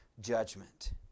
judgment